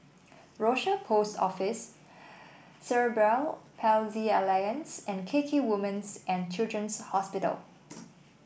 Rochor Post Office Cerebral Palsy Alliance and K K Women's and Children's Hospital